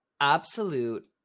Absolute